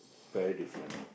very different